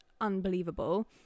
unbelievable